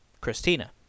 Christina